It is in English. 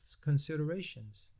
considerations